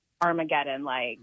Armageddon-like